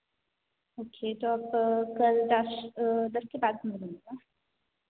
जी तो आप कल दस दस के बाद मिलेंगे कल